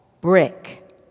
brick